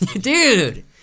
dude